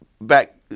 back